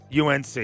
UNC